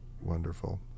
wonderful